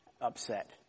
upset